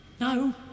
No